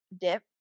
dip